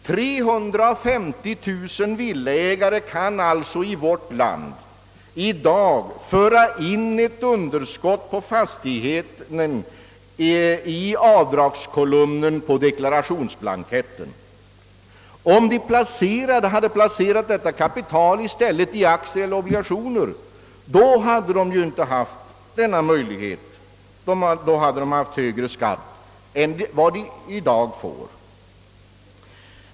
350 000 villaägare kan alltså i vårt land i dag föra in ett underskott på fastigheten i avdragskolumnen på deklarationsblanketten. Om de i stället hade placerat detta kapital i aktier och obligationer, hade de inte haft denna möjlighet — då hade de haft högre skatt än vad de i dag får.